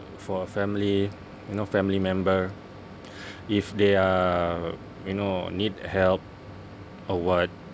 for a family you know family member if they are you know need help or what